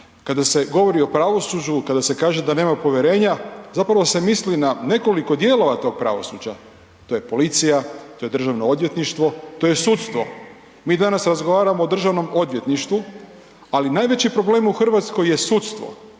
Kada se govori o pravosuđu, kada se kaže da nema povjerenja zapravo se misli na nekoliko dijelova tog pravosuđa. To je policija, to je državno odvjetništvo, to je sudstvo. Mi danas razgovaramo o državnom odvjetništvu, ali najveći problem u Hrvatskoj je sudstvo.